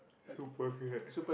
super correct